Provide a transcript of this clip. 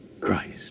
Christ